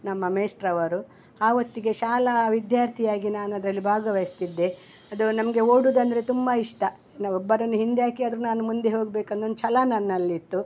ನಮ್ಮ ಮೇಷ್ಟ್ರು ಅವರು ಆ ಹೊತ್ತಿಗೆ ಶಾಲಾ ವಿದ್ಯಾರ್ಥಿಯಾಗಿ ನಾನು ಅದರಲ್ಲಿ ಭಾಗವಹಿಸ್ತಿದ್ದೆ ಅದೂ ನಮಗೆ ಓಡುವುದಂದ್ರೆ ತುಂಬ ಇಷ್ಟ ನಾವು ಒಬ್ಬರನ್ನು ಹಿಂದೆ ಹಾಕಿ ಆದ್ರೂ ನಾನು ಮುಂದೆ ಹೋಗ್ಬೇಕನ್ನೊಂದು ಛಲ ನನ್ನಲ್ಲಿತ್ತು